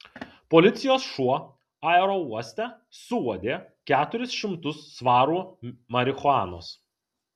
policijos šuo aerouoste suuodė keturis šimtus svarų marihuanos